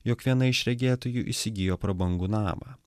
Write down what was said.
jog viena iš regėtojų įsigijo prabangų namą